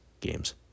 games